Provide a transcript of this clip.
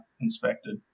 inspected